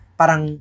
parang